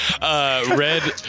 Red